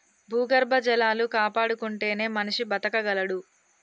భూగర్భ జలాలు కాపాడుకుంటేనే మనిషి బతకగలడు